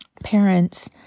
parents